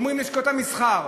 אומרות לשכות המסחר,